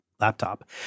laptop